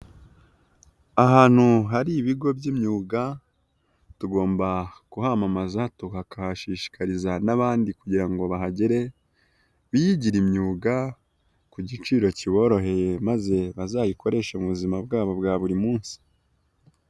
Ahantu hari ibigo by'imyuga tugomba kumpamaza, tukahashishikariza n'abandi kugira ngo bahagere biyigire imyuga ku giciro kiboroheye, maze bazayikoreshe mu buzima bwabo bwa buri munsi.